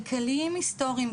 כלכליים היסטוריים,